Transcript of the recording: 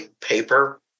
paper